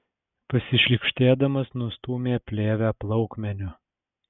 pasišlykštėdamas nustūmė plėvę plaukmeniu